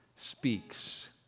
speaks